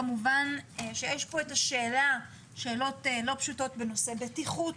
כמובן שיש פה שאלות לא פשוטות בנושא בטיחות.